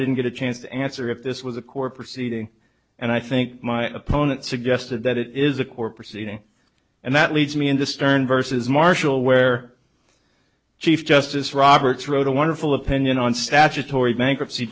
didn't get a chance to answer if this was a court proceeding and i think my opponent suggested that it is a core proceeding and that leads me into stern versus marshall where chief justice roberts wrote a wonderful opinion on statutory bankruptcy